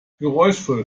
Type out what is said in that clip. geräuschvoll